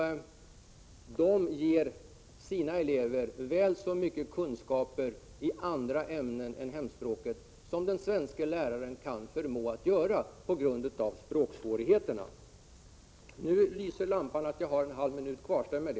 De ger sina elever väl så mycket kunskaper i andra ämnen än hemspråket som de svenska lärarna med sina språksvårigheter förmår ge.